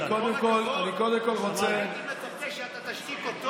עם כל הכבוד, הייתי מצפה שתשתיק אותו.